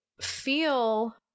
feel